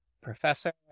professor